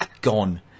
gone